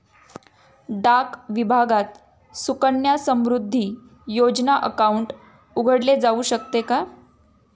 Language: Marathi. डाक विभागात सुकन्या समृद्धी योजना अकाउंट उघडले जाऊ शकते का?